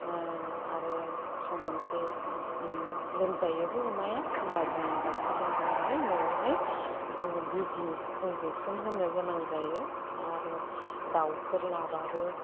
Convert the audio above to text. आरो सम मोनसे लोमजायोबो अमाया होमब्ला जोङो ड'क्टर लिंबोनानै न'आवहाय जोङो बिजि इनजेकसन होनो गोनां जायो आरो दाउफोर लाब्लाबो